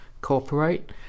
cooperate